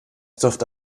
dürfte